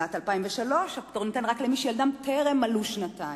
משנת 2003 הפטור ניתן רק למי שלילדו טרם מלאו שנתיים.